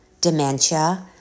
dementia